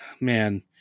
man